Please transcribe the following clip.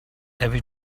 every